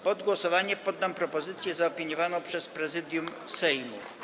Pod głosowanie poddam propozycję zaopiniowaną przez Prezydium Sejmu.